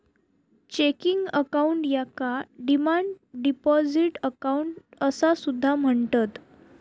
checking account याका demand deposit account असा सुद्धा म्हणतत